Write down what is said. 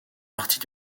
partie